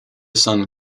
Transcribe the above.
son